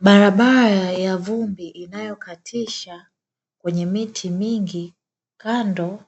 Barabara ya vumbi inayokatisha kwenye miti mingi kando